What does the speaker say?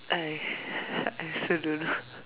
I I also don't know